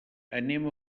anem